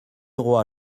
roi